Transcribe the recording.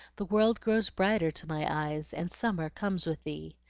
the world grows brighter to my eyes, and summer comes with thee.